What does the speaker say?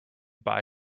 buy